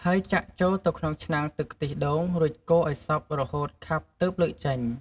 ហើយចាក់ចូលទៅក្នុងឆ្នាំងទឹកខ្ទិះដូង រួចកូរឱ្យសព្វរហូតខាប់ទើបលើកចេញ។